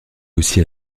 aussi